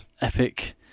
epic